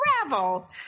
travel